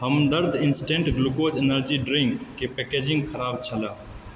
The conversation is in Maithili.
हमदर्द इन्सटेन्ट ग्लूकोज एनर्जी ड्रिङ्क के पैकेजिङ्ग खराब छलए